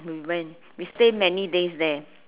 we went we stay many days there